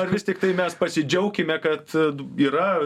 ar vis tiktai mes pasidžiaukime kad yra